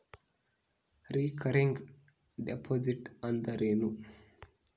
Recurring deposit ಅಂದರೇನು?